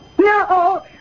No